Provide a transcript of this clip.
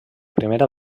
primera